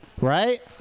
right